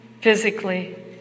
physically